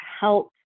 help